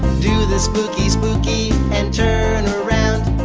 do the spooky spooky and turn around.